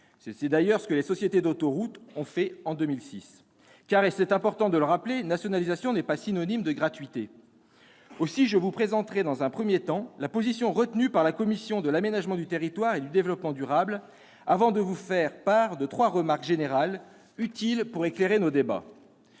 C'est d'ailleurs ce que les sociétés d'autoroutes ont fait en 2006. En effet- c'est important de le rappeler -, nationalisation n'est pas synonyme de gratuité. Je vous présenterai donc, dans un premier temps, la position retenue par la commission de l'aménagement du territoire et du développement durable, avant de vous faire part de trois remarques générales, que je juge utiles pour éclairer nos débats.